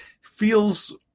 feels